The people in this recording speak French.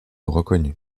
reconnu